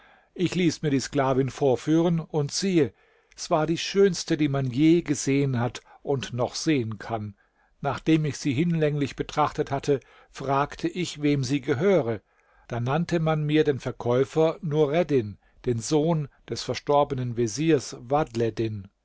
ich ließ mir die sklavin vorführen und siehe s war die schönste die man je gesehen hat und noch sehen kann nachdem ich sie hinlänglich betrachtet hatte fragte ich wem sie gehöre da nannte man mir den verkäufer nureddin den sohn des verstorbenen veziers